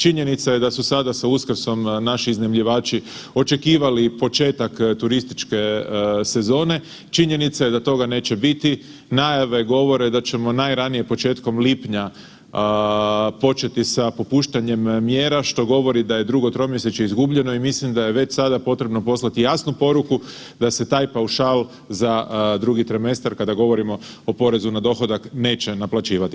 Činjenica je da su sada sa Uskrsom naši iznajmljivači očekivali početak turističke sezone, činjenica je da toga neće biti, najave govore da ćemo najranije početkom lipnja početi sa popuštanjem mjera, što govori da je drugo tromjesečje izgubljeno i mislim da je već sada potrebno poslati jasnu poruku da se taj paušal za drugi tremestar kada govorimo o porezu na dohodak, neće naplaćivati.